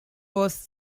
was